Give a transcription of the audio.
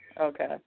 Okay